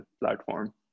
platform